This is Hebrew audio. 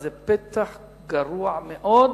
זה פתח גרוע מאוד,